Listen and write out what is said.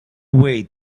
way